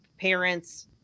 parents